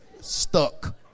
Stuck